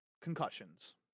concussions